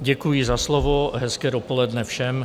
Děkuji za slovo a hezké dopoledne všem.